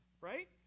right